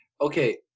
okay